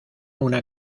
una